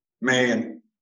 man